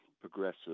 progressive